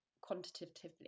quantitatively